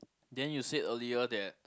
then you said earlier that